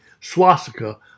swastika